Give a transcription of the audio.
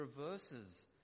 reverses